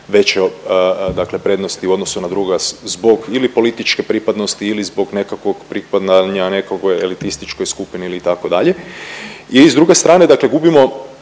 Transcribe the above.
dakle prednosti u odnosu na druga zbog ili političke pripadnosti ili zbog nekakvog pripadanja nekoj elitističkoj skupini ili tako dalje. I s druge strane dakle gubimo